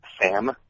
Sam